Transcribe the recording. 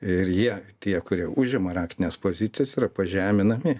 ir jie tie kurie užima raktines pozicijas yra pažeminami